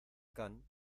can